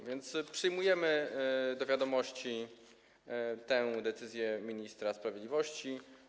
A więc przyjmujemy do wiadomości tę decyzję ministra sprawiedliwości.